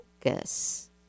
focus